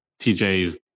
TJ's